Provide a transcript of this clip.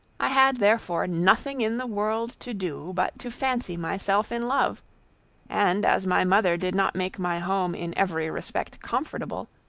i had therefore nothing in the world to do, but to fancy myself in love and as my mother did not make my home in every respect comfortable,